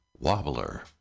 Wobbler